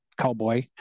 cowboy